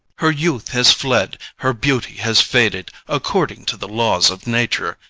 her youth has fled, her beauty has faded according to the laws of nature,